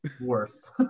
Worse